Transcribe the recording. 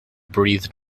breathed